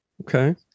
okay